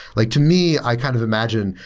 like to me, i kind of imagine,